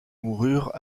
moururent